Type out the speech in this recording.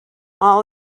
all